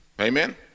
Amen